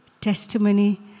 testimony